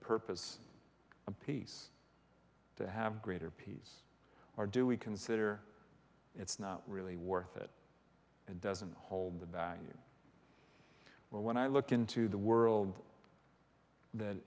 purpose of peace to have greater peace or do we consider it's not really worth it and doesn't hold the value well when i look into the world that